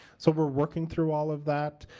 so we're working through all of that.